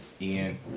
Ian